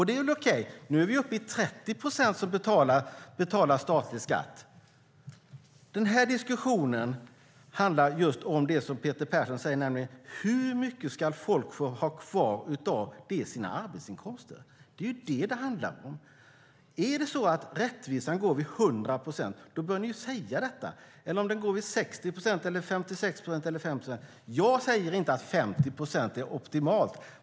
Det är väl okej, men nu är vi uppe i 30 procent som betalar statlig skatt. Den här diskussionen handlar om det som Peter Persson frågar: Hur mycket ska folk få ha kvar av sin arbetsinkomst? Det är vad det handlar om. Går rättvisan går vid 100 procent bör ni säga det, och om den går vid 60, 56 eller 50 procent bör ni säga det. Jag säger inte att 50 procent är optimalt.